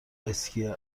اسکی